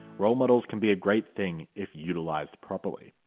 role models can be a great thing if utilised properly.